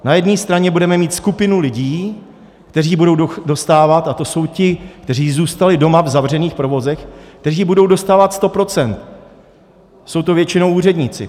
Na jedné straně budeme mít skupinu lidí, kteří budou dostávat a to jsou ti, kteří zůstali doma v zavřených provozech, kteří budou dostávat 100 %, jsou to většinou úředníci.